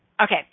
okay